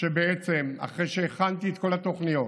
שבעצם אחרי שהכנתי את כל התוכניות,